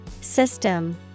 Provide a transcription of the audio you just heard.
System